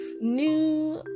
new